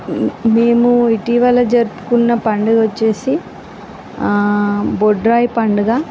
మేము ఇటీవల జరుపుకున్న పండగ వచ్చేసి బొడ్రాయి పండగ